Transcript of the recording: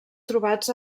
trobats